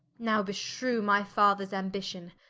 now beshrew my fathers ambition,